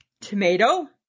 tomato